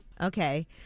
Okay